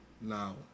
now